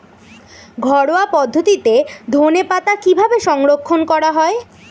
ঘরোয়া পদ্ধতিতে ধনেপাতা কিভাবে সংরক্ষণ করা হয়?